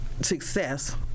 success